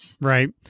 right